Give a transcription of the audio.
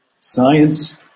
science